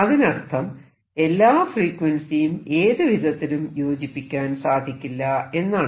അതിനർത്ഥം എല്ലാ ഫ്രീക്വൻസിയും ഏതുവിധത്തിലും യോജിപ്പിക്കാൻ സാധിക്കില്ല എന്നാണ്